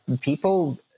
people